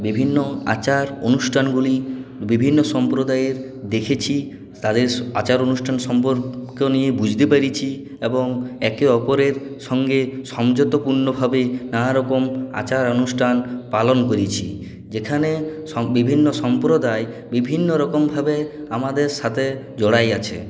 বিভিন্ন আচার অনুষ্ঠানগুলি বিভিন্ন সম্প্রদায়ের দেখেছি তাদের আচার অনুষ্ঠান সম্পর্ক নিয়ে বুঝতে পেরেছি এবং একে অপরের সঙ্গে সংযতপূর্ণভাবে নানারকম আচার অনুষ্ঠান পালন করেছি যেখানে বিভিন্ন সম্প্রদায় বিভিন্ন রকমভাবে আমাদের সাথে জড়িয়ে আছে